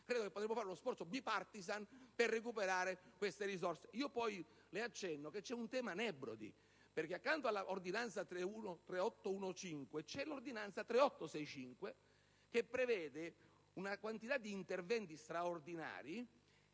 che potremmo compiere uno sforzo *bipartisan* per recuperare queste risorse.